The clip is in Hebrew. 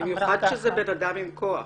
במיוחד כאשר מולך עומד בן אדם עם כוח.